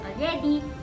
already